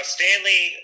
Stanley